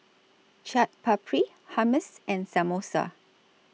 Chaat Papri Hummus and Samosa